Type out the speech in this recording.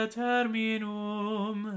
terminum